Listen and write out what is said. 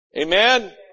Amen